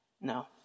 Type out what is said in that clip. no